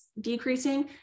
decreasing